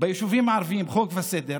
ביישובים הערביים, "חוק וסדר",